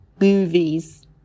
movies